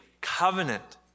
covenant